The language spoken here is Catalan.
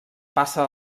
passa